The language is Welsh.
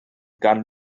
gan